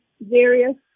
various